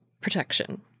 protection